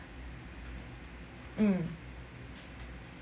mm